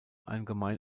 allgemein